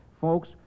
Folks